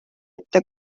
ette